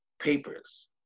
papers